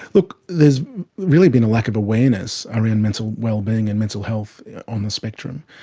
look, there's really been a lack of awareness around mental well-being and mental health on the spectrum,